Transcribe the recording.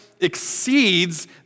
exceeds